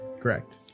Correct